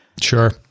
sure